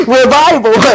revival